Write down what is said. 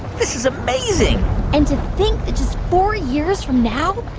this is amazing and to think that just four years from now,